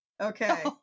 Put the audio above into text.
Okay